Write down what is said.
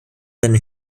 seine